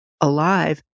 alive